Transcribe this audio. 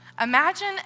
Imagine